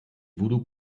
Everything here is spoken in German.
voodoo